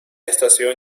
estación